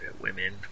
women